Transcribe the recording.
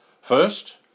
First